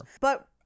But-